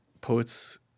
poets